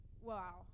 wow